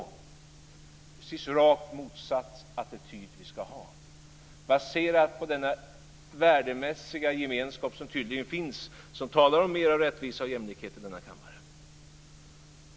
Det är precis rakt motsatt attityd som vi ska ha, baserad på denna värdemässiga gemenskap som tydligen finns och som talar om mera av rättvisa och jämlikhet i denna kammare.